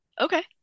okay